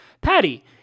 Patty